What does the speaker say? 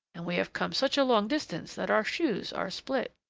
and we have come such a long distance that our shoes are split.